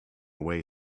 way